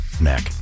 neck